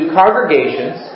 congregations